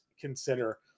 consider